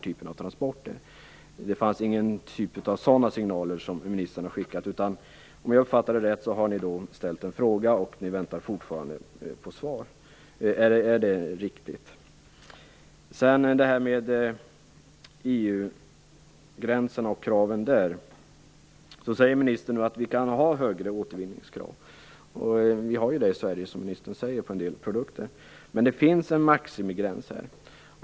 Om jag har uppfattat det rätt, så har ni ställt en fråga och väntar fortfarande på ett svar. Är detta riktigt uppfattat? När det gäller EU:s krav på en gräns för återvinning säger ministern att vi kan ha högre återvinningskrav. Det har vi i Sverige också på en del produkter, som ministern säger. Men det finns en maximigräns.